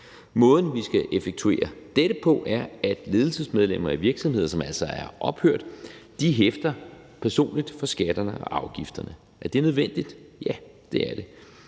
Måden, vi skal effektuere dette på, er, at ledelsesmedlemmer i virksomheder, som altså er ophørt, hæfter personligt for skatterne og afgifterne. Er det nødvendigt? Ja, det er det.